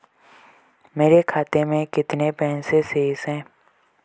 मेरे खाते में कितने पैसे शेष हैं?